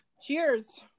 Cheers